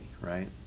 right